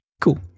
Cool